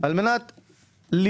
על מנת למנוע,